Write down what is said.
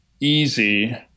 easy